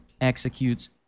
executes